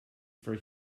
for